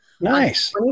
Nice